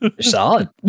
solid